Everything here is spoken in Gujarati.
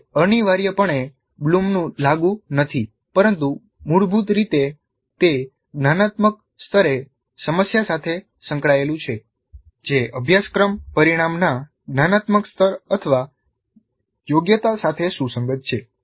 તે અનિવાર્યપણે બ્લૂમનું લાગુ નથી પરંતુ મૂળભૂત રીતે તે જ્ઞાનાત્મક સ્તરે સમસ્યા સાથે સંકળાયેલું છે જે અભ્યાસક્રમ પરિણામના જ્ઞાનાત્મક સ્તર અથવા યોગ્યતા સાથે સુસંગત છે